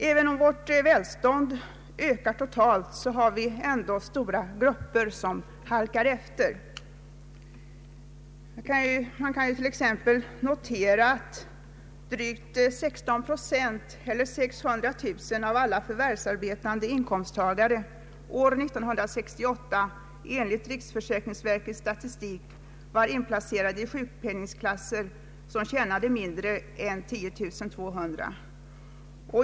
Även om vårt välstånd ökar totalt har vi stora grupper som halkar efter. Man kan ju notera att drygt 16 procent eller 600 000 av alla inkomsttagare år 1968 enligt riksförsäkringsverkets statistik var inplacerade i sjukpenningklasser där inkomstgränsen var under 10 200 kronor.